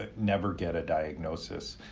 ah never get a diagnosis.